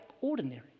ordinary